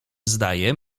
zdaje